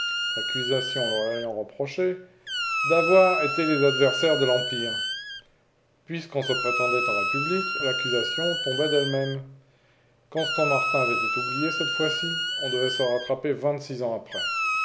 l'accusation leur ayant reproché d'avoir été les adversaires de l'empire puisqu'on se prétendait en république l'accusation tombait d'elle-même constant martin avait été oublié cette fois-ci on devait se rattraper vingt-six ans après